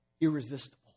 irresistible